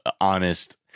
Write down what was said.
honest